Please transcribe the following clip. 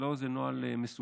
זה לא איזה נוהל מסווג.